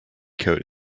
coat